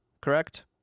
correct